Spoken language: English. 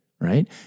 Right